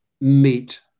meet